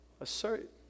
Assert